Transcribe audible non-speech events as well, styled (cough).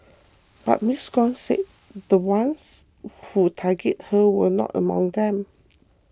(noise) but Ms Gong said the ones who targeted her were not among them